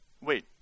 wait